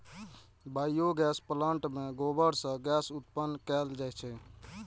biogas plant मे गोबर सं गैस उत्पन्न कैल जाइ छै